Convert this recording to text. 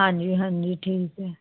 ਹਾਂਜੀ ਹਾਂਜੀ ਠੀਕ ਹੈ